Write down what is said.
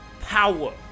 power